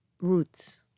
roots